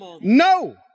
No